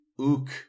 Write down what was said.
ook